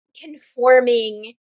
conforming